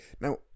Now